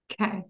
Okay